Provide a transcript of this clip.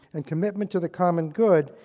and commitment to the common good,